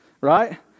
right